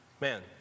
Man